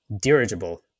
dirigible